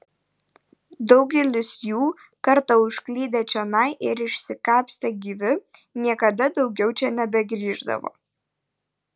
daugelis jų kartą užklydę čionai ir išsikapstę gyvi niekada daugiau čia nebegrįždavo